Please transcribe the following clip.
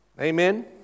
Amen